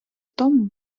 тому